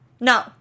No